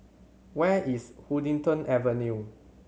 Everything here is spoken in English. where is Huddington Avenue